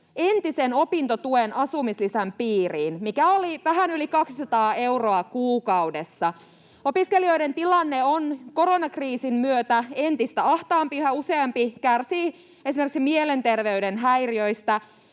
entisen opintotuen asumislisän piiriin, mikä oli vähän yli 200 euroa kuukaudessa. Opiskelijoiden tilanne on koronakriisin myötä entistä ahtaampi. Yhä useampi kärsii esimerkiksi mielenterveyden häiriöistä,